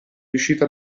riuscito